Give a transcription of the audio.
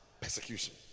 persecution